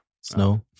Snow